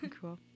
Cool